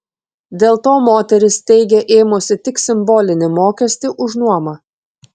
dėl to moteris teigia ėmusi tik simbolinį mokestį už nuomą